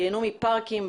ייהנו מפארקים,